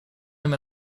him